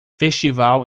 festival